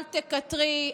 אל תקטרי,